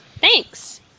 Thanks